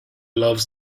loves